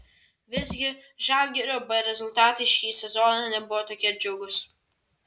visgi žalgirio b rezultatai šį sezoną nebuvo tokie džiugūs